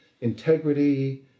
integrity